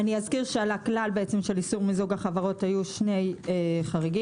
אזכיר שעל הכלל של איסור מיזוג החברות היו שני חריגים.